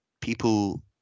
people